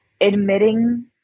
admitting